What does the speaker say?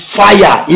fire